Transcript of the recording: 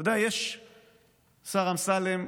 אתה יודע, השר אמסלם,